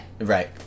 Right